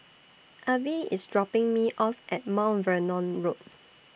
Avie IS dropping Me off At Mount Vernon Road